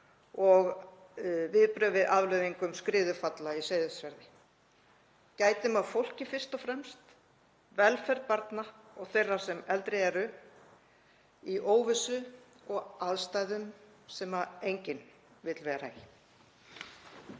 og viðbrögð við afleiðingum skriðufalla í Seyðisfirði. Gætum að fólki fyrst og fremst, velferð barna og þeirra sem eldri eru, í óvissu og aðstæðum sem enginn vill vera